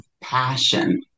passion